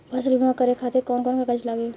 फसल बीमा करे खातिर कवन कवन कागज लागी?